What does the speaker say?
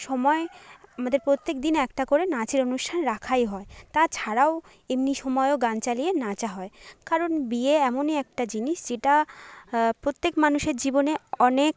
সময় আমাদের প্রত্যেক দিন একটা করে নাচের অনুষ্ঠান রাখাই হয় তাছাড়াও এমনি সময়ও গান চালিয়ে নাচা হয় কারণ বিয়ে এমনই একটা জিনিষ যেটা প্রত্যেক মানুষের জীবনে অনেক